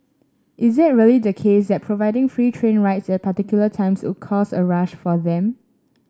is it really the case that providing free train rides at particular times would cause a rush for them